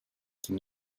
can